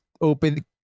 open